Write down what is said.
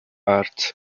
cards